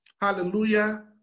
hallelujah